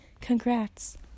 Congrats